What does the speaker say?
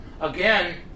again